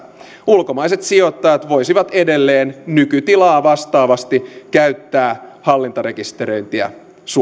ulkomaiset sijoittajat voisivat edelleen nykytilaa vastaavasti käyttää hallintarekisteröintiä suomessa